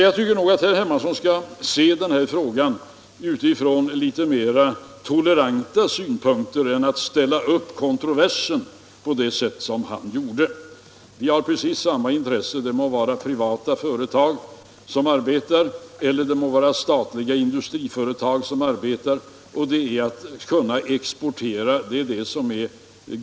Jag tycker att herr Hermansson skall se den här frågan utifrån litet mer toleranta synpunkter och inte försöka åstadkomma kontroverser på det sätt han gjorde. Vi har precis samma intresse, det må vara privata företag eller statliga industriföretag som arbetar, nämligen att exportera.